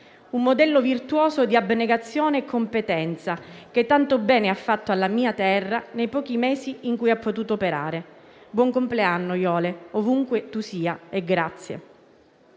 un modello virtuoso di abnegazione e competenza, che tanto bene ha fatto alla mia terra nei pochi mesi in cui ha potuto operare. Buon compleanno, Jole, ovunque tu sia, e grazie.